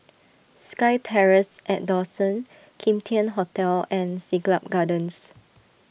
SkyTerrace at Dawson Kim Tian Hotel and Siglap Gardens